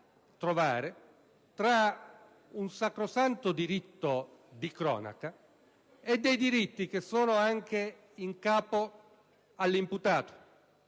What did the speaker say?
tra un sacrosanto diritto di cronaca e diritti che esistono anche in capo all'imputato,